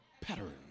pattern